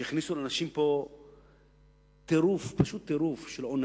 שהכניסו לאנשים פה טירוף של עונשים,